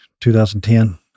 2010